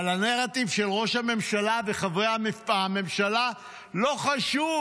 אבל הנרטיב של ראש הממשלה וחברי הממשלה: לא חשוב,